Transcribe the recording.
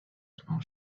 small